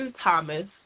Thomas